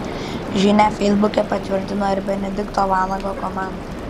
žinią feisbuke patvirtino ir benedikto vanago komanda